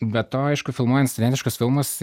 be to aišku filmuojant studentiškus filmus